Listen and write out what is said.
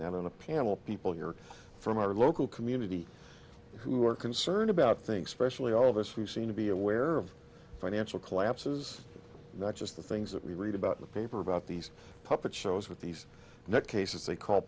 that on the panel people here from our local community who are concerned about things specially all of us who seem to be aware of financial collapses not just the things that we read about in the paper about these puppet shows with these neck cases they call